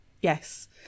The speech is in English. Yes